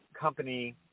company